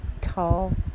tall